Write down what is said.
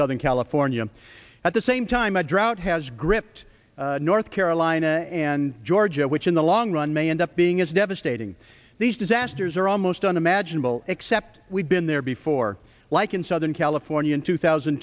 southern california at the same time a drought has gripped north carolina and georgia which in the long run may end up being as devastating these disasters are almost unimaginable except we've been there before like in southern california in two thousand